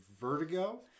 Vertigo